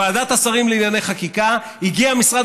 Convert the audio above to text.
לוועדת השרים לענייני חקיקה הגיע משרד